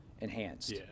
enhanced